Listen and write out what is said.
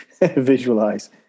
visualize